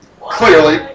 Clearly